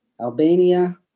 Albania